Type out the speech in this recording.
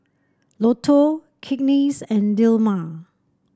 Lotto Cakenis and Dilmah